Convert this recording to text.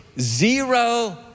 Zero